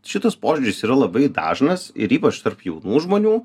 šitas požiūris yra labai dažnas ir ypač tarp jaunų žmonių